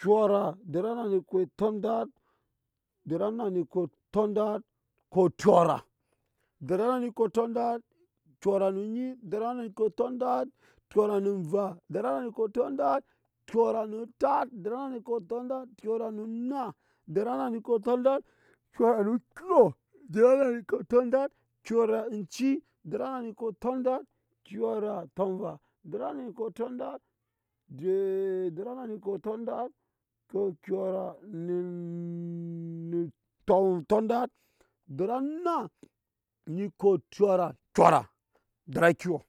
Kyɔra deri anna nu okop tondat, deri anna nu kop tondat kop kyora deri anna nu ko tondat, kyɔra nu deri anna nu kop tondat kyora nu onyi deri anna nu kop tondat kyora nu nva deri anna nu kop tondat kyora nu ntat deri anna mu kop tondat kyora mu nna deri anna nu kop tondat kora nu kyo deri anna mu kop tondat kyora nu oci deri anna nu kop tondat kyora nu tomva deri feri anna nu kop tondat kop kyora nu tondat deri anna nu kop kyora kyora deri akyo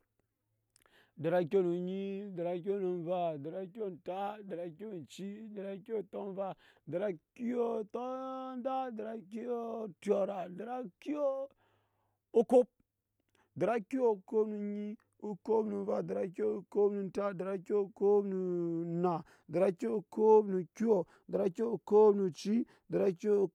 deri a kyɔ nu ntat deri akyɔ nu oci deri a kyɔ tomva deri a kyɔ tɔndat deri a kyɔ kyora deri a kyɔ okop deri a kyp okop mu onyi deri a kyo kp mu nva deri a kyo okop nu ntat deri a kyo okop nu nna deri a kyo okop nu kyɔ deri a kyo okop oci deri a kyɔ